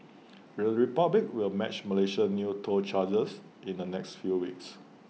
the republic will match Malaysia's new toll charges in the next few weeks